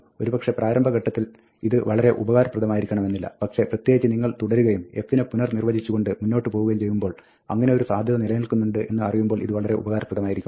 ഒരുപക്ഷേ പ്രാരംഭ ഘട്ടത്തിൽ ഇത് വളരെ ഉപകാരപ്രദമാകണമെന്നില്ല പക്ഷെ പ്രത്യേകിച്ച് നിങ്ങൾ തുടരുകയും f നെ പുനർനിർവ്വചിച്ചുകൊണ്ട് മുന്നോട്ട് പോകുകയും ചെയ്യുമ്പോൾ അങ്ങിനെയൊരു സാധ്യത നിലനിൽക്കുന്നുണ്ട് എന്ന് അറിയുമ്പോൾ ഇത് ഉപകാരപ്രദമായിരിക്കും